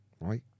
right